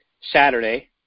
Saturday